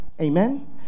amen